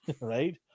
right